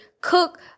cook